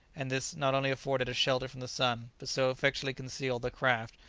and this not only afforded a shelter from the sun, but so effectually concealed the craft,